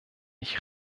ich